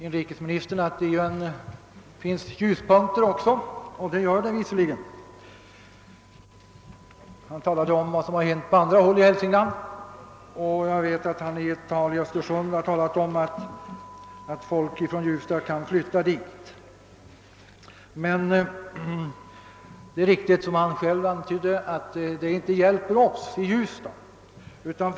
Inrikesministern sade också att det finns vissa ljuspunkter — han talade om vad som hänt på andra håll i Hälsingland, och jag vet att han i ett tal i Östersund har sagt att folk från Ljusdal kan flytta dit. Men som han själv också antydde hjälper det inte oss i Ljusdal.